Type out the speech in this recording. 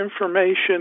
information